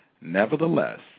nevertheless